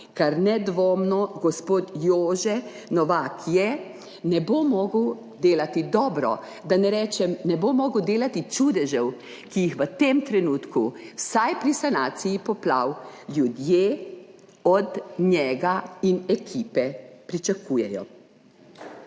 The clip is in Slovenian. kar nedvomno gospod Jože Novak je, ne bo mogel delati dobro, da ne rečem, ne bo mogel delati čudežev, ki jih v tem trenutku vsaj pri sanaciji poplav ljudje od njega in ekipe pričakujejo.